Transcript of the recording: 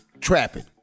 trapping